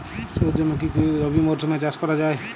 সুর্যমুখী কি রবি মরশুমে চাষ করা যায়?